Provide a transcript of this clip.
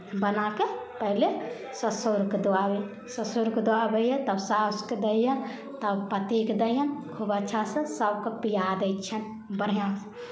बना कऽ पहिले ससुरकेँ दऽ आबै ससुरके दऽ आबै हिए तब सासुकेँ दै हिए तब पतिकेँ दै हिए खूब अच्छासँ सभकेँ पिया दै छियनि बढ़िआँसँ